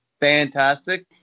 fantastic